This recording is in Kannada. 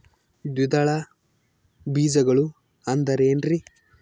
ದ್ವಿದಳ ಬೇಜಗಳು ಅಂದರೇನ್ರಿ?